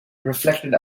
reflected